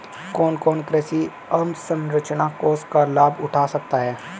कौन कौन कृषि अवसरंचना कोष का लाभ उठा सकता है?